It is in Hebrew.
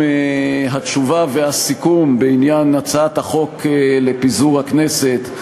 התשובה והסיכום בעניין הצעת החוק לפיזור הכנסת,